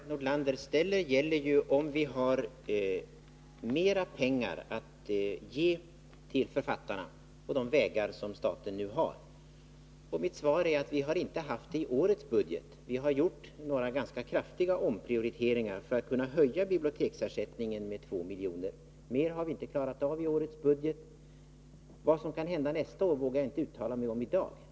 Herr talman! Den fråga Karin Nordlander ställer gäller om vi har mer pengar att ge till författarna på de vägar staten nu har. Mitt svar är att vi inte har haft det i årets budget. Vi har gjort några ganska kraftiga omprioriteringar för att kunna höja biblioteksersättningen med 2 miljoner. Mer har vi inte klarat av i årets budget. Vad som kan hända nästa år vågar jag inte uttala mig om i dag.